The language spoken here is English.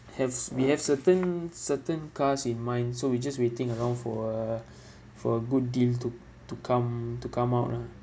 have we have certain certain cars in mind so we just waiting around for a for a good deal to to come to come out lah